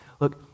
Look